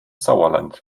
sauerland